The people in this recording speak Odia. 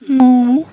ମୁଁ